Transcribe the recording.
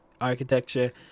architecture